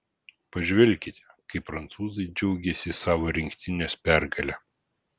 pažvelkite kaip prancūzai džiaugėsi savo rinktinės pergale